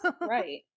Right